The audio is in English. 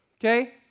okay